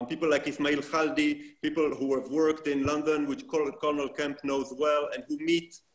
נלחמו בישראל בחוק ואנחנו כאן כדי